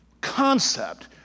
concept